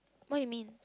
what you mean